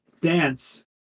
dance